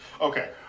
Okay